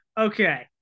okay